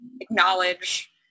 acknowledge